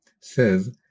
says